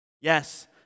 Yes